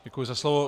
Děkuji za slovo.